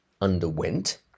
underwent